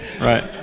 Right